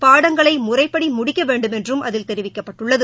பாடங்களை முறைப்படி முடிக்க வேண்டுமென்றும் அதில் தெரிவிக்கப்பட்டுள்ளது